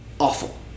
Awful